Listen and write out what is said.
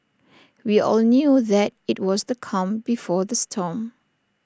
we all knew that IT was the calm before the storm